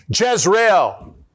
Jezreel